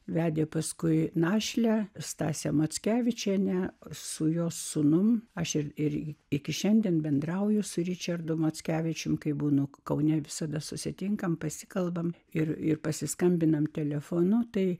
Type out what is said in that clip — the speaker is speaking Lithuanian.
vedė paskui našlę stasė mackevičienė su jos sūnum aš irgi iki šiandien bendrauju su ričardu mackevičiumi kai būnu kaune visada susitinkame pasikalbame ir ir pasiskambiname telefonu tai